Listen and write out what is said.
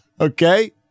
Okay